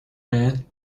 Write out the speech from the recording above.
man